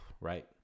Right